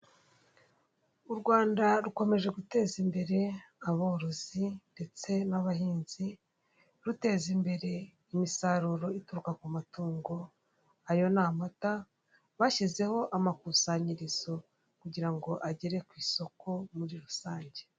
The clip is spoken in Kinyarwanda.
U Rwanda rukomeje guteza imbere aborozi ndetse n'abahinzi, ruteza imbere imisaruro ituruka ku matungo ayo ni amata, bashyizeho amakusanyirizo kugira ngo agere ku isoko muri rusange.